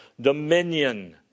dominion